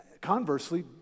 conversely